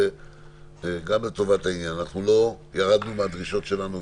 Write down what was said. גם לטובת העניין לא ירדנו מהדרישות שלנו,